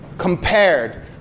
compared